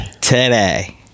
today